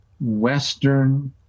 Western